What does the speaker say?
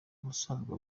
ubusanzwe